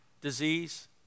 disease